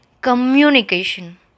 communication